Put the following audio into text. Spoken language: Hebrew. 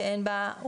אבל אין בה אחות,